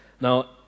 Now